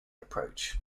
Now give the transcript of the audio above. approach